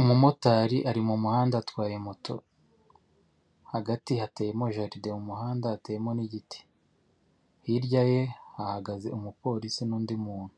Umumotari ari mu muhanda atwaye moto hagati hateyemo jaride mu muhanda hateyemo n'igiti. Hirya ye hahagaze umupolisi n'undi muntu